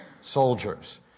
soldiers